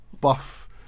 buff